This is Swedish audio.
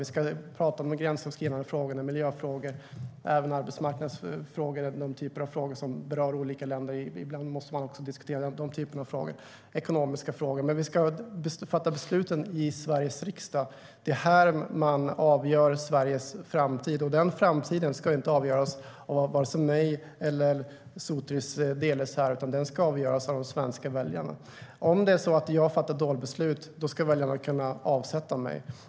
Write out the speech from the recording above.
Vi ska prata om de gränsöverskridande frågorna - miljöfrågor, arbetsmarknadsfrågor, ekonomiska frågor och andra frågor som berör olika länder. Ibland måste man diskutera den typen av frågor. Men vi ska fatta besluten i Sveriges riksdag. Det är här man avgör Sveriges framtid. Denna framtid ska inte avgöras av vare sig mig eller Sotiris Delis, utan den ska avgöras av de svenska väljarna. Om det är så att jag har fattat ett dåligt beslut ska väljarna kunna avsätta mig.